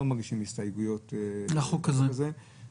אני מייצגת כמות מאוד גדולה של מטופלים סיעודיים.